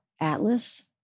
Atlas